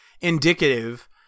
indicative